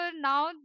now